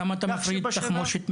למה אתה מפריד תחמושת מנשק?